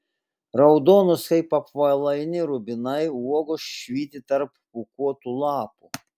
raudonos kaip apvalaini rubinai uogos švyti tarp pūkuotų lapų